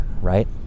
right